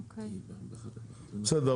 בסדר,